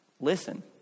listen